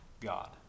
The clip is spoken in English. God